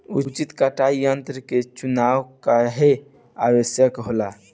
उचित कटाई यंत्र क चुनाव काहें आवश्यक होला?